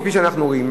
כפי שאנחנו רואים.